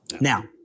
Now